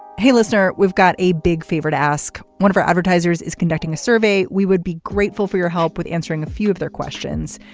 hey listener we've got a big favor to ask. one of our advertisers is conducting a survey. we would be grateful for your help with answering a few of their questions.